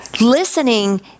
Listening